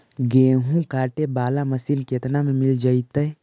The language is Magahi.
गेहूं काटे बाला मशीन केतना में मिल जइतै?